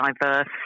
diverse